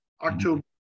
October